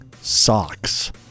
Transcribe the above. socks